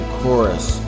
chorus